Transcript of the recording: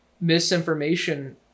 misinformation